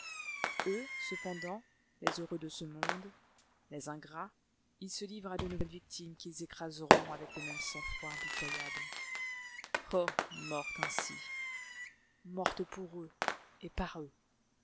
eux cependant les heureux de ce monde les ingrats ils se livrent à de nouvelles victimes qu'ils écraseront avec le même sang-froid impitoyable oh morte ainsi morte pour eux et par eux